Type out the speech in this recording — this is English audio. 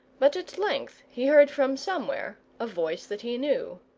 but at length he heard from somewhere a voice that he knew.